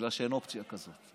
בגלל שאין אופציה כזאת.